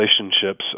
relationships